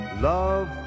Love